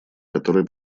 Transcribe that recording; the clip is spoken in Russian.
который